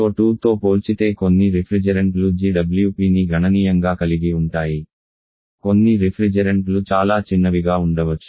CO2 తో పోల్చితే కొన్ని రిఫ్రిజెరెంట్లు GWPని గణనీయంగా కలిగి ఉంటాయి కొన్ని రిఫ్రిజెరెంట్లు చాలా చిన్నవిగా ఉండవచ్చు